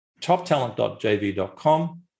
toptalent.jv.com